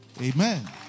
Amen